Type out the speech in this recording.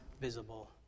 visible